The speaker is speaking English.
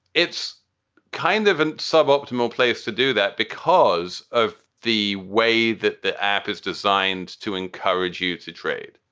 it's kind of and suboptimal place to do that because of the way that the app is designed to encourage you to trade,